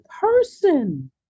person